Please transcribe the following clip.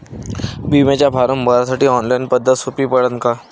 बिम्याचा फारम भरासाठी ऑनलाईन पद्धत सोपी पडन का?